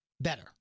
better